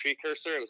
precursor